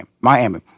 Miami